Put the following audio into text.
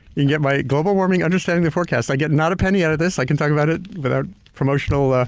you can get my global warming, understanding the forecast. i get not a penny out of this. i can talk about it, without promotional. ah